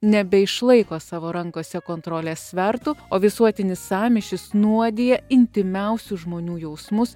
nebeišlaiko savo rankose kontrolės svertų o visuotinis sąmyšis nuodija intymiausių žmonių jausmus